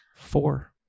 Four